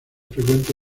frecuente